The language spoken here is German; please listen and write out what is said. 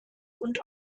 und